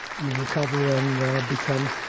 you recover and become